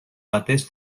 batez